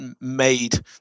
made